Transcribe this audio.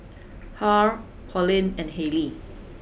Harl Pauline and Hayley